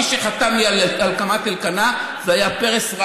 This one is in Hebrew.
מי שחתם לי על הקמת אלקנה היו פרס,